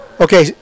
okay